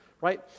right